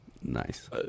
nice